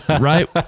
right